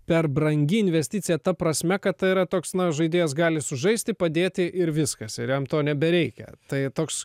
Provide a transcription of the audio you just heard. per brangi investicija ta prasme kad tai yra toks žaidėjas gali sužaisti padėti ir viskas ir jam to nebereikia tai toks